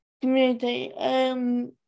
community